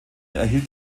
erhielt